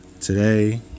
Today